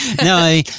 No